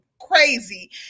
crazy